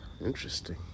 interesting